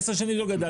עשר שנים זה לא גדל,